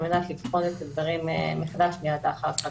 על מנת לבחון את הדברים מחדש מיד לאחר חג סוכות.